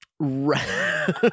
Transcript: right